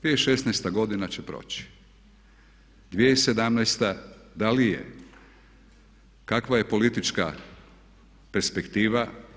2016. godina će proći, 2017. da li je, kakva je politička perspektiva.